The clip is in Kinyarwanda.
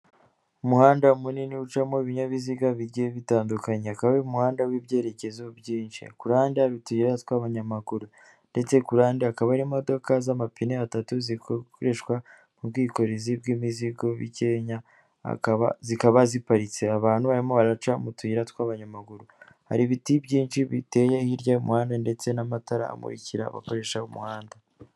Umuhanda munini ucamo ibinyabiziga bigiye bitandukanye, akaba ari umuhanda w'ibyerekezo byinshi, kuruhande hari utuyira tw'abanyamaguru, ndetse kuruhande hakaba hari imodoka z'amapine atatu zikoreshwa mu bwikorezi bw'imizigo bikeya, zikaba ziparitse, abantu barimo baraca mu tuyira tw'abanyamaguru, hari ibiti byinshi biteye hirya y'umuhanda, ndetse n'amatara amurikira abakoresha umuhanda.